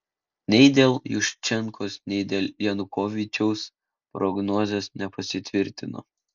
nei dėl juščenkos nei dėl janukovyčiaus prognozės nepasitvirtino